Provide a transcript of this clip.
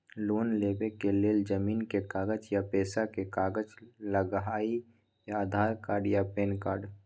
Loan लेवेके लेल जमीन के कागज या पेशा के कागज लगहई या आधार कार्ड या पेन कार्ड?